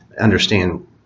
understand